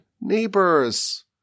neighbors